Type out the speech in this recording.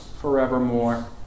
forevermore